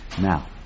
Now